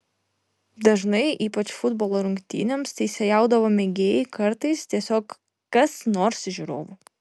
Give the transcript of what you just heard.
dažnai ypač futbolo rungtynėms teisėjaudavo mėgėjai kartais tiesiog kas nors iš žiūrovų